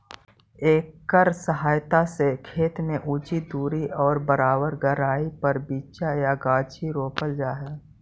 एकर सहायता से खेत में उचित दूरी और बराबर गहराई पर बीचा या गाछी रोपल जा हई